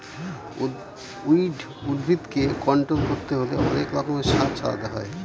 weed উদ্ভিদকে control করতে হলে অনেক রকমের সার ছড়াতে হয়